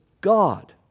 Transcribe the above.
God